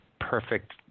perfect